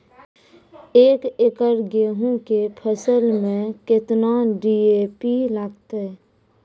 एक एकरऽ गेहूँ के फसल मे केतना डी.ए.पी लगतै?